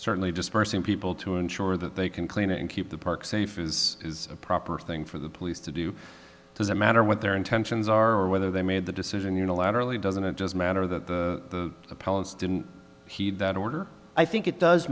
certainly dispersing people to ensure that they can clean and keep the park safe is a proper thing for the police to do it doesn't matter what their intentions are or whether they made the decision unilaterally doesn't it doesn't matter that the appellant's didn't heed that order i think it does